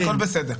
הכול בסדר.